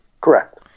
Correct